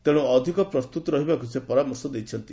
ତେଣୁ ଅଧିକ ପ୍ରସ୍ତୁତ ରହିବାକୁ ସେ ପରାମର୍ଶ ଦେଇଛନ୍ତି